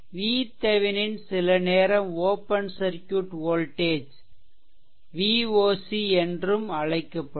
vThevenin சிலநேரம் open circuit voltage Voc என்று அழைக்கப்படும்